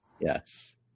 Yes